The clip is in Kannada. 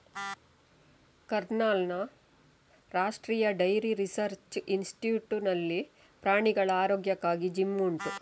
ಕರ್ನಾಲ್ನ ರಾಷ್ಟ್ರೀಯ ಡೈರಿ ರಿಸರ್ಚ್ ಇನ್ಸ್ಟಿಟ್ಯೂಟ್ ನಲ್ಲಿ ಪ್ರಾಣಿಗಳ ಆರೋಗ್ಯಕ್ಕಾಗಿ ಜಿಮ್ ಉಂಟು